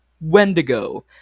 Wendigo